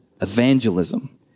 Evangelism